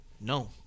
No